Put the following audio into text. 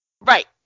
Right